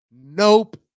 nope